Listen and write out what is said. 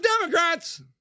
Democrats